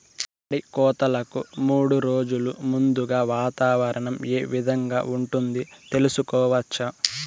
మడి కోతలకు మూడు రోజులు ముందుగా వాతావరణం ఏ విధంగా ఉంటుంది, తెలుసుకోవచ్చా?